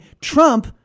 Trump